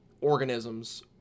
organisms